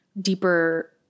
deeper